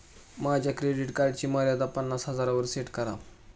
माझ्या क्रेडिट कार्डची मर्यादा पन्नास हजारांवर सेट करा